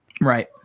Right